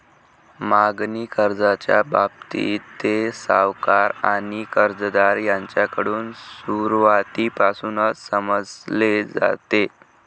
मागणी कर्जाच्या बाबतीत, ते सावकार आणि कर्जदार यांच्याकडून सुरुवातीपासूनच समजले जाते